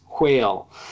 whale